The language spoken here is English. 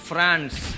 France